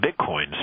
bitcoin